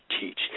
teach